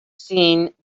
seen